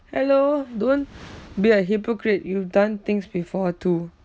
hello don't be a hypocrite you've done things before too